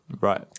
Right